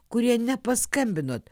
kurie nepaskambinot